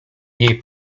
jej